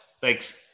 thanks